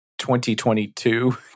2022